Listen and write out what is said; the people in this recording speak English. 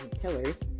pillars